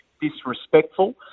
disrespectful